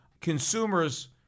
consumers